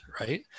right